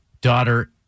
daughter